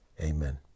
Amen